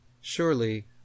Surely